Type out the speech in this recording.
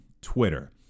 twitter